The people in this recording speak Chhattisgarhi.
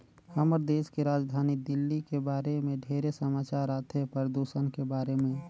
हमर देश के राजधानी दिल्ली के बारे मे ढेरे समाचार आथे, परदूषन के बारे में